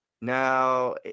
now